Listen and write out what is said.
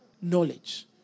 Knowledge